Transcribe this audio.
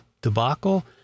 debacle